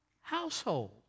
household